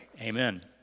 Amen